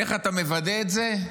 איך אתה מוודא את זה?